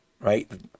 right